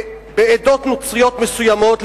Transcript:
בעדות נוצריות מסוימות,